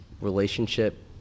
relationship